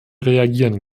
reagieren